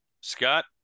Scott